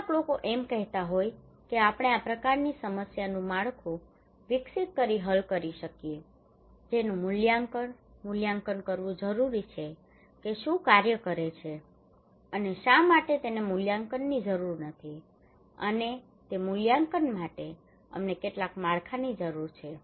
કેટલાક લોકો એમ કહેતા હોય છે કે આપણે આ પ્રકારની સમસ્યાનું માળખું વિકસિત કરીને હલ કરી શકીએ છીએ જેનું મૂલ્યાંકન મૂલ્યાંકન કરવું જરૂરી છે કે શું કાર્ય કરે છે અને શા માટે તેને મૂલ્યાંકનની જરૂર નથી અને તે મૂલ્યાંકન માટે અમને કેટલાક માળખાની જરૂર છે